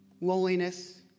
loneliness